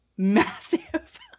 massive